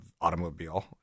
automobile